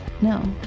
No